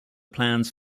plans